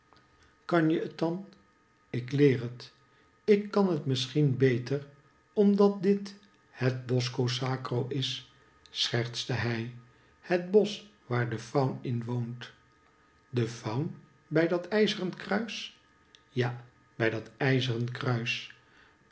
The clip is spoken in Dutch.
kan je het dan ik leer het ik kan het misschien beter omdat dit het bosco sacro is schertste hij het bosch waar de faun in woont de faun bij dat ijzeren kruis ja bij dat ijzeren kruis